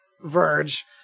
verge